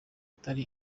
atari